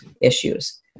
issues